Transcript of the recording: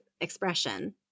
expression